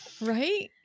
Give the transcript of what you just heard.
Right